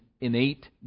innate